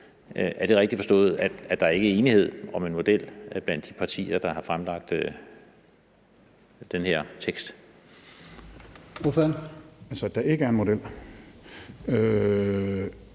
Er det rigtigt forstået, at der ikke er enighed om en model blandt de partier, der har fremlagt den her vedtagelsestekst? Kl.